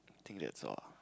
I think that's all